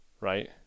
Right